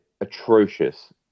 atrocious